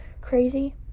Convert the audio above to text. crazy